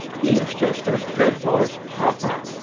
he is just as dreadful as papa,